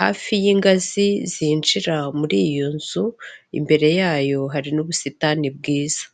hafi y'ingazi zinjira muri iyo nzu, imbere yayo hari n'ubusitani bwiza.